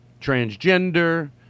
Transgender